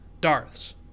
Darths